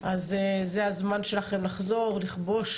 אז זה הזמן שלכם לחזור, לכבוש